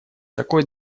такой